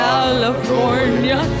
California